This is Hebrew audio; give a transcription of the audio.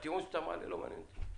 אז הטיעון שאתה מעלה לא מעניין אותי.